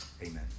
Amen